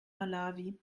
malawi